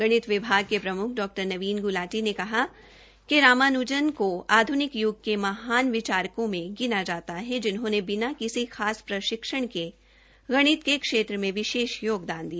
गणित विभाग के प्रम्ख डॉ नवीन ग्लाटी ने कहा कि रामान्जन को आध्निक य्ग के महानतम विचारकों में गिना जाता है जिन्होंने बिना किसी प्रशिक्षण के गणित के क्षेत्र में विशेष में विशेष योगदान दिया